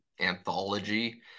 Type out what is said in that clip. anthology